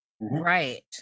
right